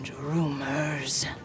rumors